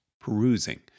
perusing